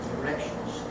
Directions